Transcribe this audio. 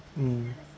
mm